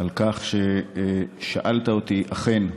על כך ששאלת אותי, אכן,